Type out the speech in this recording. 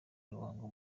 ruhango